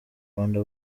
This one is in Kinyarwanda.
rwanda